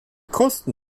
kosten